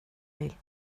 vill